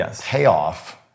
payoff